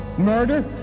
murder